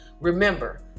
Remember